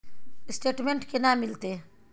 Statement केना मिलते?